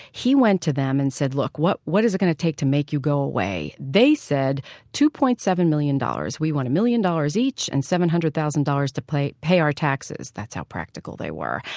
he went to them and said, look, what what is it going to take to make you go away? they said two point seven million dollars we want a million dollars each and seven hundred thousand dollars to pay our taxes. that's how practical they were.